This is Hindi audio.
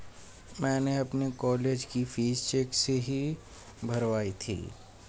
मैंने अपनी कॉलेज की फीस चेक से ही भरवाई थी